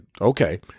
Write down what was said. okay